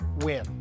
win